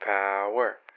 Power